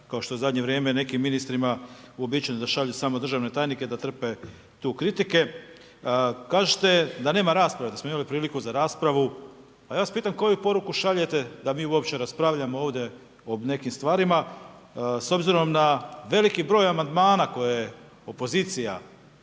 kao što je u zadnje vrijeme nekim ministrima uobičajeno da šalju samo državne tajnike da trpe tu kritike. Kažete da nema rasprave, da smo imali priliku za raspravu, pa ja vas pitam, koju poruku šaljete, da mi uopće raspravljamo ovdje o nekim stvarima. S obzirom na veliki br. amandmana, koje je opozicija